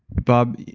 bob,